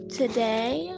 today